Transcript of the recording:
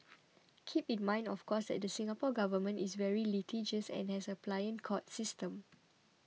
keep in mind of course that the Singapore Government is very litigious and has a pliant court system